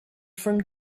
from